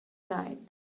night